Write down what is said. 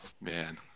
man